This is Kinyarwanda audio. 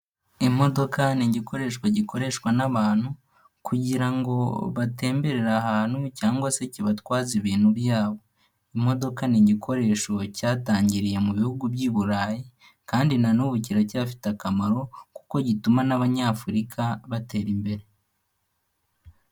Imodoka ni igikoresho gikoreshwa n'abantu kugira ngo batemberere ahantu cyangwa se kibatwaze ibintu byabo. Imodoka ni igikoresho cyatangiriye mu bihugu by'i Burayi kandi na n'ubu kiracyafite akamaro kuko gituma n'Abanyafurika batera imbere.